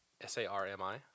S-A-R-M-I